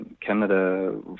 canada